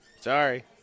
Sorry